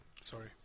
Sorry